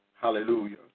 Hallelujah